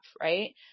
right